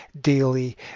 daily